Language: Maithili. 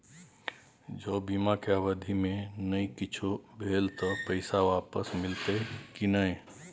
ज बीमा के अवधि म नय कुछो भेल त पैसा वापस मिलते की नय?